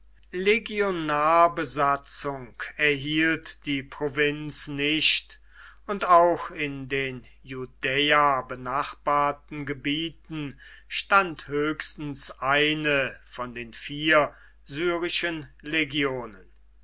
erhielt die provinz nicht und auch in den judäa benachbarten gebieten stand höchstens eine von den vier syrischen legionen